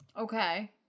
Okay